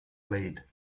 laid